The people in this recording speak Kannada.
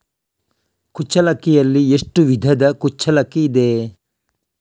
ಕುಚ್ಚಲಕ್ಕಿಯಲ್ಲಿ ಎಷ್ಟು ವಿಧದ ಕುಚ್ಚಲಕ್ಕಿ ಇದೆ?